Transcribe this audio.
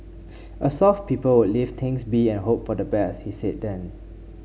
a soft people would leave things be and hope for the best he said then